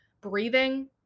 breathing